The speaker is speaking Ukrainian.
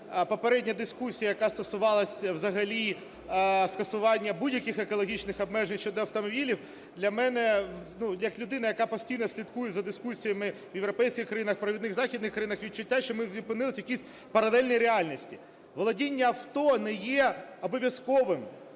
попередня дискусія, яка стосувалася взагалі скасування будь-яких екологічних обмежень щодо автомобілів, для мене, ну, як людини, яка постійно слідкує за дискусіями в європейських країнах, в провідних західних країнах, відчуття, що ми зупинилися в якійсь паралельній реальності. Володіння авто не є обов'язковим,